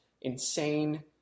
insane